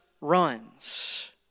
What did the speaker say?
runs